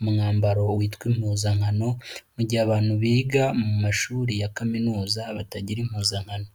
umwambaro witwa impuzankano. Mu gihe abantu biga mu mashuri ya kaminuza batagira impuzankano.